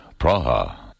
Praha